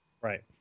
Right